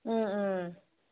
ও ও